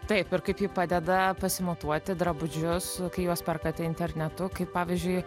taip ir kaip ji padeda pasimatuoti drabužius kai juos perkate internetu kaip pavyzdžiui